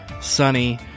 sunny